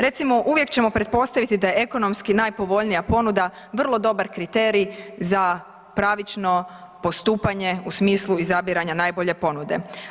Recimo uvijek ćemo pretpostaviti da je ekonomski najpovoljnija ponuda vrlo dobar kriterij za pravično postupanje u smislu izabiranja najbolje ponude.